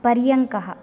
पर्यङ्कः